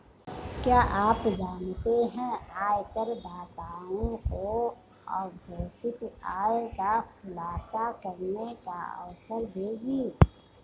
क्या आप जानते है आयकरदाताओं को अघोषित आय का खुलासा करने का अवसर देगी?